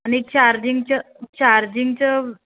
आणि चार्जिंगचं चार्जिंगचं